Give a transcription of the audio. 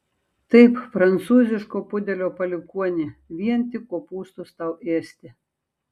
taip prancūziško pudelio palikuoni vien tik kopūstus tau ėsti